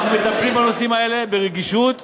אנחנו מטפלים בנושאים האלה ברגישות ובנחישות.